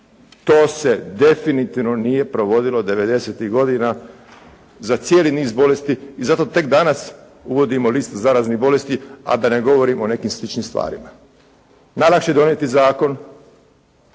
To se definitivno nije provodilo 90-tih godina za cijeli niz bolesti i zato tek danas uvodimo liste zaraznih bolesti, a da ne govorimo o nekim sličnim stvarima. Danas će donijeti zakon,